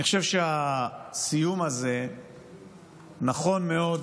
אני חושב שהסיום הזה נכון מאוד